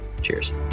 cheers